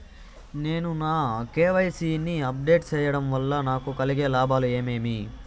నేను నా కె.వై.సి ని అప్ డేట్ సేయడం వల్ల నాకు కలిగే లాభాలు ఏమేమీ?